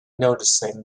noticing